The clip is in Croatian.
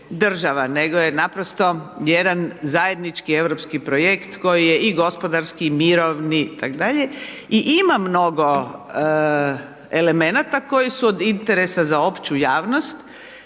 nego je naprosto jedan zajednički europski projekt koji je i gospodarski i mirovni itd., i ima mnogo elemenata koji su od interesa za opću javnost,